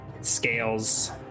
scales